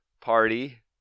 party